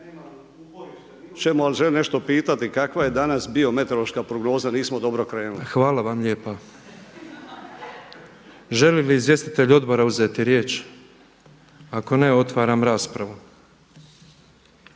Hvala vam lijepa. Žele li izvjestitelji odbora uzeti riječ? Ako ne otvaram raspravu.